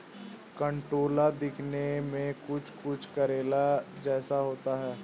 कंटोला दिखने में कुछ कुछ करेले जैसा होता है